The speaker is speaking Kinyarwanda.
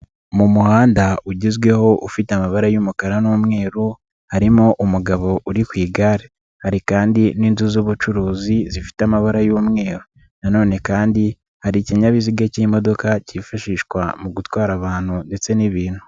Mu muhanda ugezweho ufite amabara y'umukara n'umweru harimo umugabo uri ku igare hari kandi n'inzu z'ubucuruzi zifite amabara y'umweru nanone kandi hari ikinyabiziga k'imodoka kifashishwa mu gutwara abantu ndetse n'ibintu.